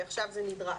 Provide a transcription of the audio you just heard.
כי עכשיו זה נדרש.